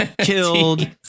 killed